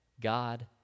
God